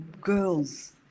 girls